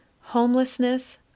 homelessness